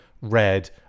red